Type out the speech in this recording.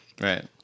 Right